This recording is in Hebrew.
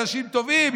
אנשים טובים,